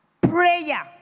prayer